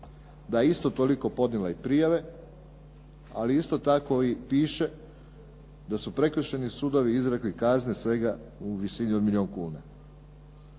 da je isto toliko podnijela i prijave ali isto tako i piše da su prekršajni sudovi izrekli kazne svega u visini od milijun kuna.